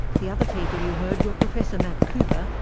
the other people you heard were professor matt cooper,